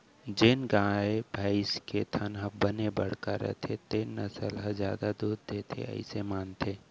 जेन गाय, भईंस के थन ह बने बड़का रथे तेन नसल ह जादा दूद देथे अइसे मानथें